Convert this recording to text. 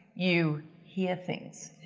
you hear things.